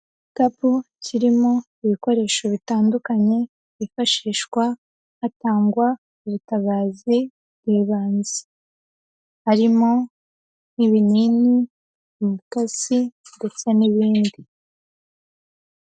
Igikapu kirimo ibikoresho bitandukanye, byifashishwa hatangwa ubutabazi bw'ibanze, harimo nk'ibinini, umukasi ndetse n'ibindi.